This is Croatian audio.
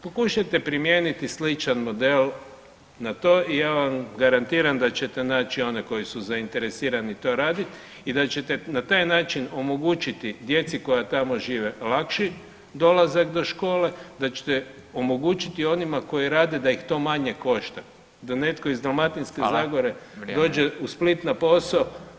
Pokušajte primijeniti sličan model na to i ja vam garantiram da ćete naći one koji su zainteresirani to raditi i da ćete na taj način omogućiti djeci koja tamo žive lakši dolazak do škole, da ćete omogućiti onima koji rade da ih to manje košta, da netko iz Dalmatinske Zagore dođe u Split na posao